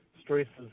stresses